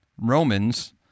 Romans—